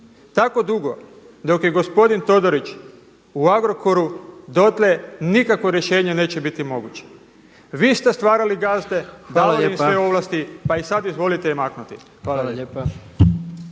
Tako dugo dok je gospodin Todorić u Agrokoru dotle nikakvo rješenje neće biti moguće. Vi ste stvarali gazde, davali ste ovlasti, pa ih sad izvolite maknuti. **Jandroković,